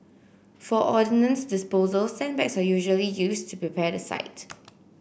for ordnance disposal sandbags are usually used to prepare the site